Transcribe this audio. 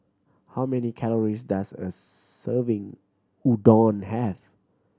how many calories does a serving Udon have